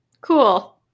cool